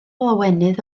lawenydd